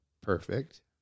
perfect